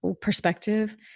perspective